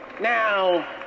Now